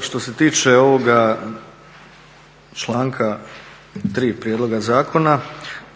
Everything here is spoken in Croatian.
što se tiče ovoga Članka 3. Prijedloga zakona,